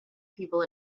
people